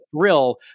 thrill